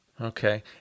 Okay